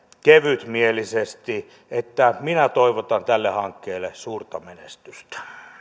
kevytmielisesti minä toivotan tälle hankkeelle suurta menestystä